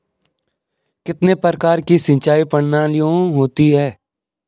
कितने प्रकार की सिंचाई प्रणालियों होती हैं?